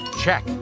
Check